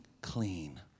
clean